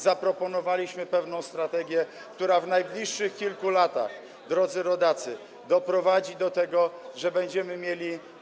Zaproponowaliśmy pewną strategię, która w najbliższych kilku latach, drodzy rodacy, doprowadzi do tego, że będziemy mieli.